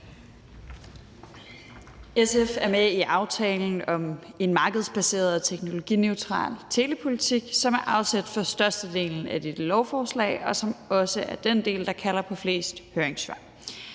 SF er med i aftalen »En markedsbaseret og teknologineutral telepolitik«, som er afsæt for størstedelen af dette lovforslag, og som også er den del, der kalder på flest høringssvar.